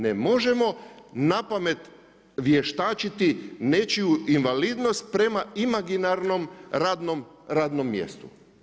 Ne možemo, napamet, vještačiti nečiju invalidnost prema imaginarnom radnom mjestu.